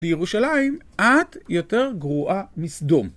בירושלים את יותר גרוע מסדום